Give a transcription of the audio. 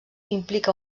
implica